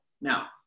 Now